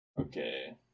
Okay